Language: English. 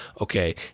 okay